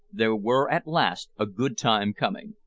there were at last a good time coming.